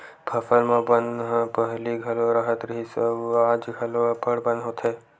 फसल म बन ह पहिली घलो राहत रिहिस अउ आज घलो अब्बड़ बन होथे